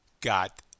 got